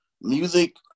music